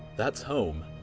that's home.